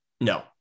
No